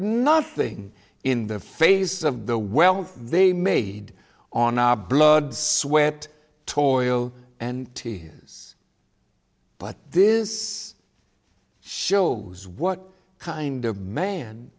nothing in the face of the wealth they made on our blood sweat toil and tears but this shows what kind